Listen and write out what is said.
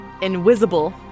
invisible